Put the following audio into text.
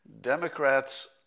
Democrats